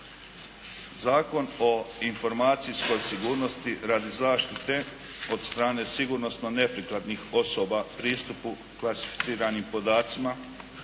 Zakon o informacijskoj sigurnosti radi zaštite od strane sigurnosno neprikladnih osoba pristupu klasificiranim podacima